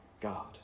God